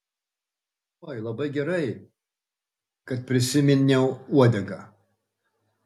oi labai gerai kad prisiminiau uodegą